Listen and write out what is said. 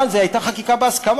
אבל זו הייתה חקיקה בהסכמה,